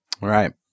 Right